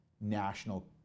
national